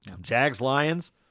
Jags-Lions